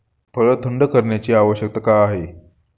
फळ थंड करण्याची आवश्यकता का आहे?